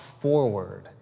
forward